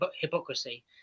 hypocrisy